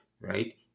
Right